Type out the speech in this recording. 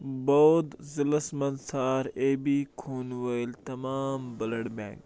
بودھ ضلعس مَنٛز ژھار اے بی خوٗنہٕ وٲلۍ تمام بٕلڈ بٮ۪نٛک